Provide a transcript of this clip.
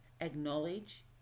Acknowledge